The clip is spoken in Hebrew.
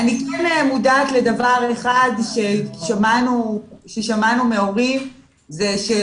אני כן מודעת לדבר אחד אותו שמענו מההורים ולפיו